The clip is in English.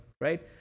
right